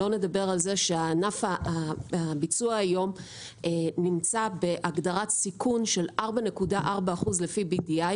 שלא לדבר על זה שענף הביצוע היום נמצא בהגדרת סיכון של 4.4% לפי BDI,